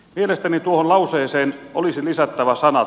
mielestäni tuohon lauseeseen olisi lisättävä sanat